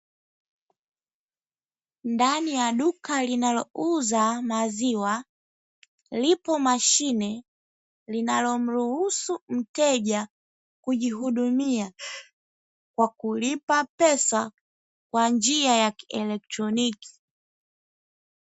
Ndani ya duka linalouza maziwa, lipo mashine linalomruhusu mteja kujihudumia kwa kulipa pesa kwa njia ya kielektroniki.